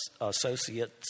associate's